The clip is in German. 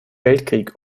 weltkrieg